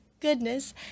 goodness